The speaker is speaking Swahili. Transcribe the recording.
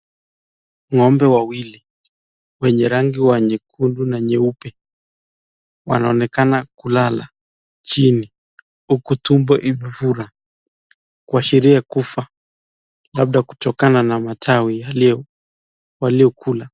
Ng'ombe wawili wenye rangi wa nyekundu na nyeupe wanaonekana kulala chini huku tumbo imefura kuashiria kufa, labda kutokana na matawi waliyokula.